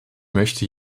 möchte